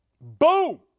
Boom